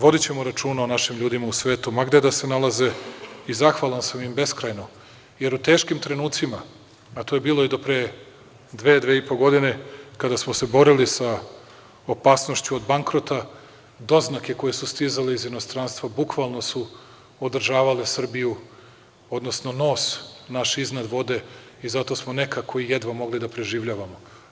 Vodićemo računa o našim ljudima u svetu ma gde da se nalaze i zahvalan sam im beskrajno, jer u teškim trenucima, a to je bilo i do pre dve, dve i po godine, kada smo se borili sa opasnošću od bankrota, doznake koje su stizale iz inostranstva bukvalno su održavale Srbiju, odnosno nos naš iznad vode i zato smo nekako jedva mogli da preživljavamo.